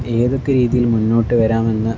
ഏതൊക്കെ രീതിയിൽ മുന്നോട്ട് വരാമെന്ന്